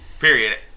Period